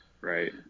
Right